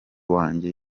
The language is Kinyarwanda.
wanjye